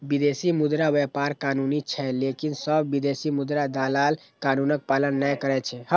विदेशी मुद्रा व्यापार कानूनी छै, लेकिन सब विदेशी मुद्रा दलाल कानूनक पालन नै करै छै